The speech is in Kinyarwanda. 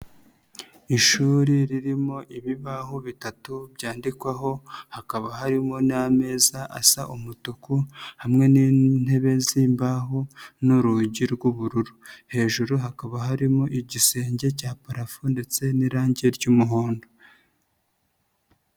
Ishuri ririmo ibibaho bitatu byandikwaho, hakaba harimo n'amezaza asa umutuku hamwe n'intebe z'imbaho n'urugi rw'ubururu, hejuru hakaba harimo igisenge cya parafu ndetse n'irangi ry'umuhondo.